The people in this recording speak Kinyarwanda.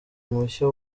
mushya